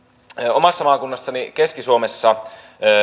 omassa maakunnassani keski suomessa